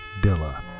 Dilla